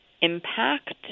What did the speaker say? impact